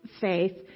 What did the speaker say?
faith